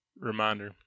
Reminder